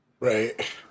Right